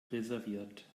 reserviert